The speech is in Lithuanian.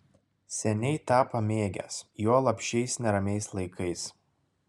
seniai tą pamėgęs juolab šiais neramiais laikais